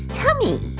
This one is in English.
tummy